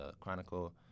Chronicle